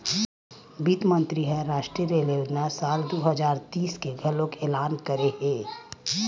बित्त मंतरी ह रास्टीय रेल योजना साल दू हजार तीस के घलोक एलान करे हे